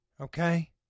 Okay